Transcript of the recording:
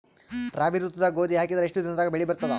ರಾಬಿ ಋತುದಾಗ ಗೋಧಿ ಹಾಕಿದರ ಎಷ್ಟ ದಿನದಾಗ ಬೆಳಿ ಬರತದ?